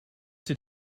did